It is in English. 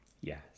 Yes